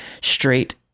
straight